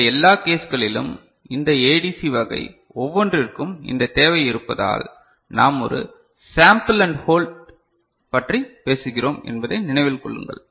இந்த எல்லா கேஸ்களிலும் இந்த ஏடிசி வகை ஒவ்வொன்றிற்கும் இந்தத் தேவை இருப்பதால் நாம் ஒரு சாம்பிள் அண்ட் ஹோல்ட் பற்றி பேசுகிறோம் என்பதை நினைவில் கொள்ளுங்கள்